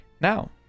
Now